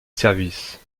service